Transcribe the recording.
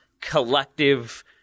collective